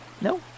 No